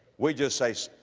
we just say,